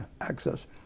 access